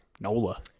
NOLA